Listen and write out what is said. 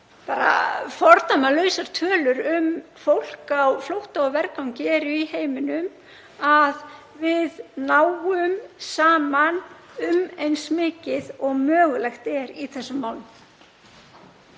eru fordæmalausar tölur um fólk á flótta og vergangi í heiminum, að við náum saman um eins mikið og mögulegt er í þessum málum.